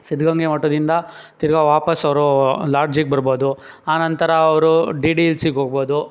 ಸಿದ್ಧಗಂಗೆ ಮಠದಿಂದ ತಿರ್ಗಿ ವಾಪಸ್ ಅವರು ಲಾಡ್ಜ್ಗೆ ಬರ್ಬೋದು ಆ ನಂತರ ಅವರು ಡಿ ಡಿ ಇಲ್ಸ್ಗೆ ಹೋಗ್ಬೋದು